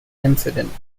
incident